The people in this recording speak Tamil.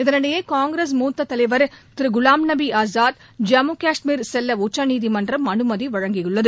இதனிடையே காங்கிரஸ் மூத்ததலவர் திருகுலாம்நபிஆஸாத் ஜம்மு கஷ்மீர் செல்லஉச்சநீதிமன்றம் அனுமதிஅளித்துள்ளது